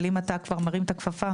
אבל אם אתה כבר מרים את הכפפה,